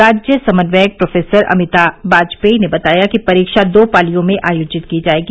राज्य समन्यवक प्रोफेसर अमिता बाजपेई ने बताया कि परीक्षा दो पालियों में आयोजित की जायेगी